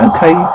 Okay